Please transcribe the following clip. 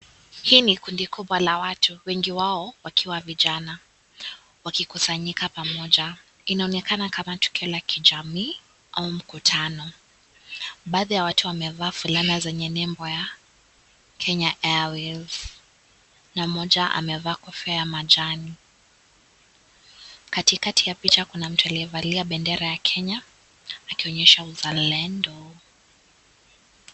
Hii ni kundi kubwa la watu wengi wao wakiwa vijana wakikusanyika pamoja. Inaonekana kama tukio la kijamii au mkutano. Baadhi ya watu wamevaa fulana zenye nembo ya Kenya Airways na mmoja amevaa kofia ya majani. Katikati ya picha kuna mtu aliyevalia bendera ya Kenya akionyesha uzalendo.